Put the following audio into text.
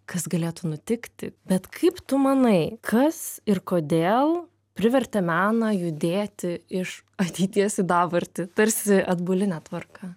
kas galėtų nutikti bet kaip tu manai kas ir kodėl privertė meną judėti iš ateities į dabartį tarsi atbuline tvarka